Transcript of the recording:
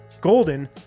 golden